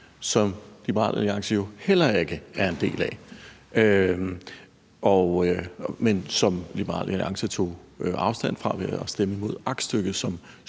som Liberal Alliance jo heller ikke er en del af, og som Liberal Alliance tog afstand fra ved at stemme imod aktstykket,